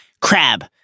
Crab